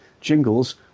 jingles